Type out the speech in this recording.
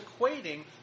equating